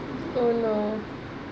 ya lor